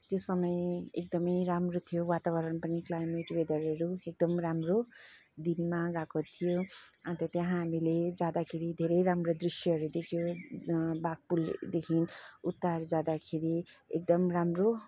त्यो समय एकदमै राम्रो थियो वातावरण पनि क्लाइमेक्स वेदरहरू पनि एकदमै राम्रो दिनमा गएको थियौँ अन्त त्यहाँ हामीले जाँदाखेरि धेरै राम्रो दृश्यहरू देख्यौँ बाघपुलदेखि उत्तर जाँदाखेरि एकदम राम्रो